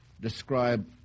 describe